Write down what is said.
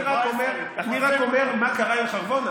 אני רק אומר מה קרה עם חרבונה,